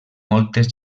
moltes